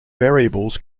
variables